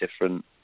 different